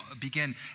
begin